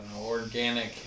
organic